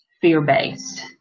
fear-based